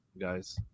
guys